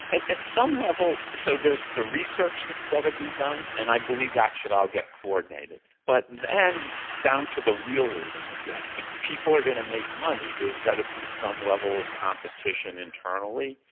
and at some level, so there's the research that's got to be done and i believe that should all get coordinated. but then down to the realism again, if people are going to make money there's got to be some level of competition internally.